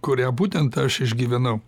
kurią būtent aš išgyvenau